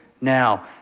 now